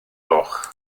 gloch